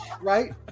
right